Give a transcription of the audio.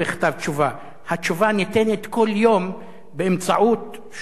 התשובה ניתנת כל יום באמצעות שוד הקרקעות